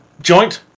joint